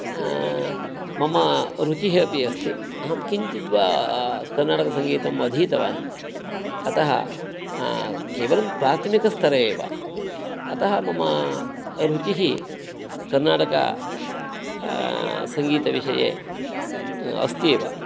मम रुचिः अपि अस्ति अहं किञ्चिद्वा कर्णाटकसङ्गीतम् अधीतवान् अतः केवलं प्राथमिकस्तरे एव अतः मम रुचिः कर्णाटक सङ्गीतविषये अस्ति एव